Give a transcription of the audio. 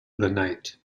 knight